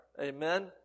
Amen